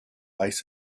ice